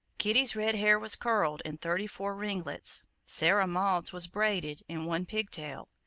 kitty's red hair was curled in thirty-four ringlets, sarah maud's was braided in one pig-tail,